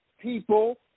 people